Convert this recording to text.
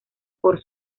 por